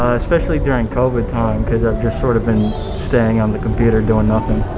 especially during covid time. cause i've just sort of been staying on the computer, doing nothing.